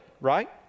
right